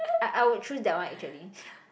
I I would choose that one actually